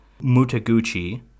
Mutaguchi—